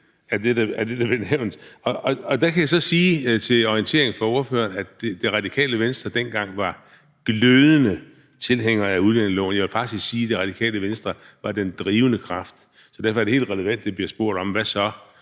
af det, der blev nævnt. Og der kan jeg så sige til orientering for ordføreren, at Radikale Venstre dengang var glødende tilhænger af udlændingeloven. Jeg vil faktisk sige, at Radikale Venstre var den drivende kraft. Så efter det, man har foretaget sig, er det relevant at spørge: Hvad så?